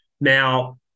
Now